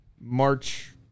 March